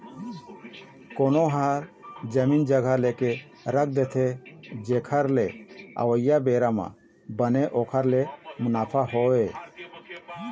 कोनो ह जमीन जघा लेके रख देथे जेखर ले अवइया बेरा म बने ओखर ले मुनाफा होवय